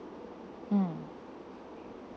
mm